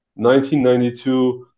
1992